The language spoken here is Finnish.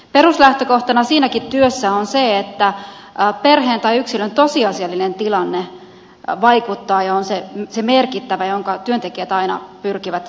peruslähtökohtana siinäkin työssä on se että perheen tai yksilön tosiasiallinen tilanne vaikuttaa ja on se merkittävä jonka työntekijät aina pyrkivät ratkaisemaan